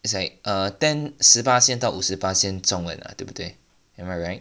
is like err ten 十巴仙到五十仙中文啊对不对 am I right